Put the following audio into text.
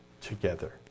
together